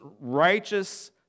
righteous